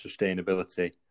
sustainability